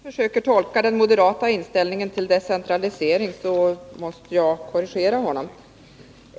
Herr talman! När Tommy Franzén försöker tolka den moderata inställningen till decentralisering måste jag korrigera honom.